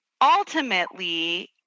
ultimately